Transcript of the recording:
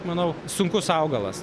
manau sunkus augalas